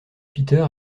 peter